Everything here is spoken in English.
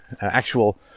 actual